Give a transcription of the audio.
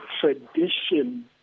tradition